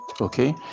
okay